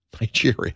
Nigeria